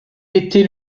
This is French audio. était